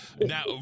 Now